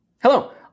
Hello